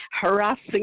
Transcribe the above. harassing